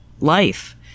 life